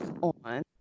on